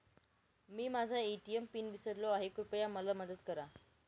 मी माझा ATM PIN विसरलो आहे, कृपया मला मदत करा